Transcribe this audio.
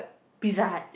Pizza Hut